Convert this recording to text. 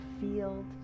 field